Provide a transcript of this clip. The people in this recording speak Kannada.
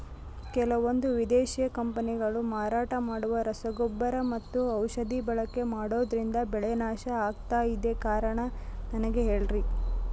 ಕೆಲವಂದು ವಿದೇಶಿ ಕಂಪನಿಗಳು ಮಾರಾಟ ಮಾಡುವ ರಸಗೊಬ್ಬರ ಮತ್ತು ಔಷಧಿ ಬಳಕೆ ಮಾಡೋದ್ರಿಂದ ಬೆಳೆ ನಾಶ ಆಗ್ತಾಇದೆ? ಕಾರಣ ನನಗೆ ಹೇಳ್ರಿ?